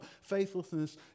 faithlessness